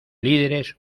líderes